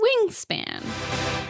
Wingspan